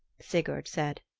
sigurd said.